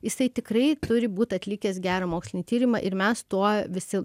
jisai tikrai turi būt atlikęs gerą mokslinį tyrimą ir mes to visi